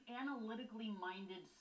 analytically-minded